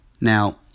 Now